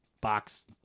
box